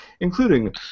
including